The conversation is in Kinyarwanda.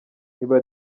niba